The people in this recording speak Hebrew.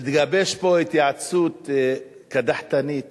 מתגבשת פה התייעצות קדחתנית